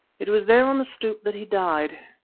it was there on the stoep that he died.